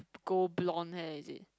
go blown hair is it